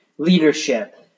Leadership